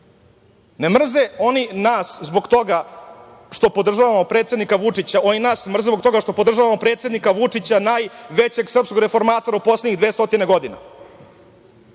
nas mrze zbog toga što podržavamo predsednika Vučića, najvećeg srpskog reformatora u poslednjih 200 godina.